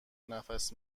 نفس